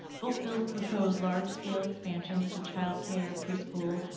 both bills propose large-scale expansions to childcare, preschool,